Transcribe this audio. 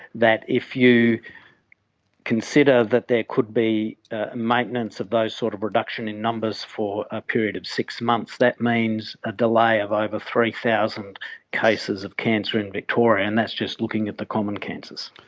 that if you consider that there could be ah maintenance of those sort of reduction in numbers for a period of six months, that means a delay of over three thousand cases of cancer in victoria, and that's just looking at the common cancers.